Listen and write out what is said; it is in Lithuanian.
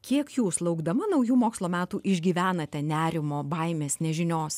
kiek jūs laukdama naujų mokslo metų išgyvenate nerimo baimės nežinios